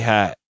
Hat